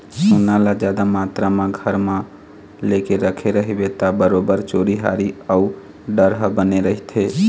सोना ल जादा मातरा म घर म लेके रखे रहिबे ता बरोबर चोरी हारी अउ डर ह बने रहिथे